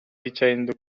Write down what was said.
dicendo